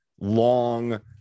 long